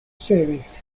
sedes